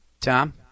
Tom